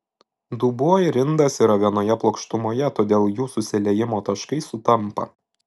dubuo ir indas yra vienoje plokštumoje todėl jų susiliejimo taškai sutampa